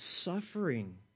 suffering